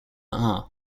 are